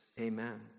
Amen